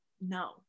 No